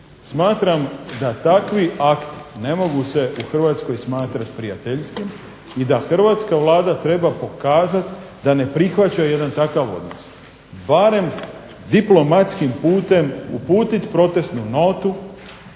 Smatram da takvi akti ne mogu se u Hrvatskoj smatrati prijateljskim i da hrvatska Vlada treba pokazati da ne prihvaća jedan takav odnos, barem diplomatskim putem uputiti protestnu notu,